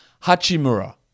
Hachimura